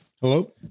Hello